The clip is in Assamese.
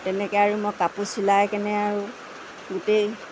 তেনেকৈ আৰু মই কাপোৰ চিলাই কেনে আৰু গোটেই